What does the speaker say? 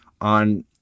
on